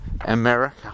America